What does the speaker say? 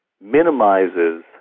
minimizes